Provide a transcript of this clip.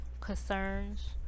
concerns